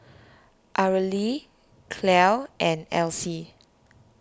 Arely Clell and Elsie